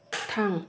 थां